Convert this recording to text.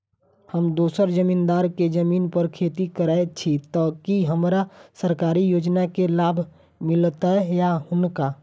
हम दोसर जमींदार केँ जमीन पर खेती करै छी तऽ की हमरा सरकारी योजना केँ लाभ मीलतय या हुनका?